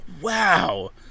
Wow